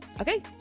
Okay